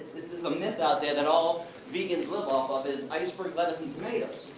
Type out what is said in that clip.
it's it's a myth out there, that all vegans live off of, is iceberg lettuce and tomatoes.